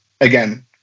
again